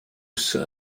was